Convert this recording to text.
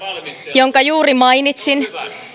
jonka juuri mainitsin